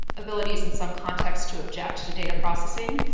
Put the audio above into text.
abilities in some contexts to object to data processing,